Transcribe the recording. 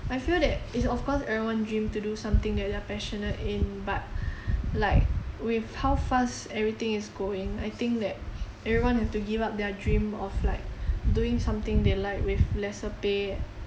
I feel that it's of course everyone's dream to do something like they're passionate in but like with how fast everything is going I think that everyone have to give up their dream of like doing something they like with lesser pay